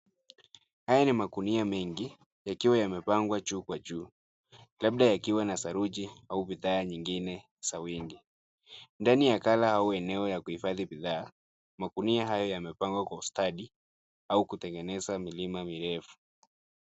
Haya ni magunia mengi yakiwa yamepangwa juu kwa juu labda yakiwa na saruji au bidhaa nyingine za wingi. Ndani ya ghala au eneo la kuhifadhi bidhaa, Magunia hayo yamepangwa kwa ustadi au kutengeneza milima mirefu.